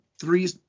three